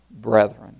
brethren